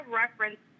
reference